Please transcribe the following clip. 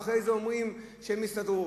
ואחרי זה אומרים שהם יסתדרו.